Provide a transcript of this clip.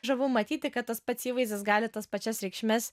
žavu matyti kad tas pats įvaizdis gali tas pačias reikšmes